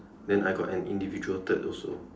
then I got an individual third also